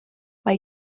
mae